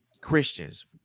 Christians